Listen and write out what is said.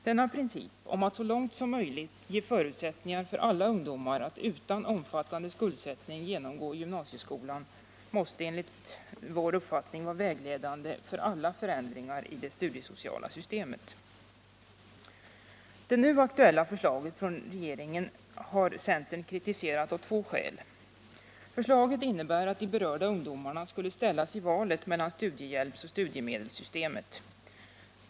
Denna princip om att så långt möjligt ge förutsättningar för alla ungdomar att utan omfattande skuldsättning genomgå gymnasieskolan måste enligt vår uppfattning vara vägledande för alla förändringar i det studiesociala systemet. Det nu aktuella förslaget från regeringen har centern kritiserat av två skäl. Förslaget innebär att de berörda ungdomarna skulle ställas i valet mellan studiehjälpsoch studiemedelssystemen.